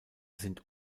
sind